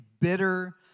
bitter